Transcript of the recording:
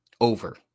over